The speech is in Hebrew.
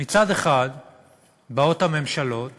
מצד אחד באות הממשלות